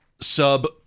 Sub